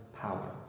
power